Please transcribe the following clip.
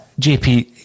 JP